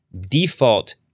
default